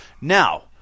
Now